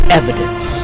evidence